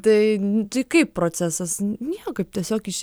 tai tai kaip procesas niekaip tiesiog iš